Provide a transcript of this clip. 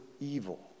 evil